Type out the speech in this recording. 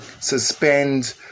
suspend